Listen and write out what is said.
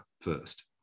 first